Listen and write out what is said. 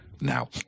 now